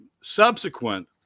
Subsequent